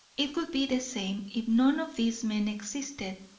it would be the same if none of these men existed.